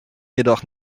jedoch